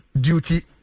duty